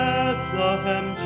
Bethlehem